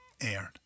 aired